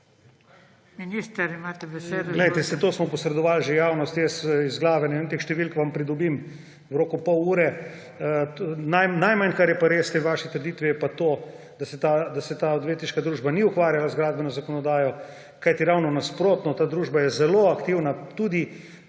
Minister, imate besedo. **MAG. ANDREJ VIZJAK:** Saj to smo posredovali že javnosti. Jaz iz glave ne vem teh številk, vam pridobim v roku pol ure. Najmanj, kar je pa res v tej vaši trditvi, je pa to, da se ta odvetniška družba ni ukvarjala z gradbeno zakonodajo, kajti ravno nasprotno. Ta družba je zelo aktivna tudi